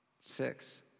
Six